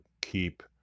keep